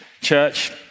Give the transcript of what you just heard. Church